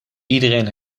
iedereen